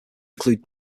include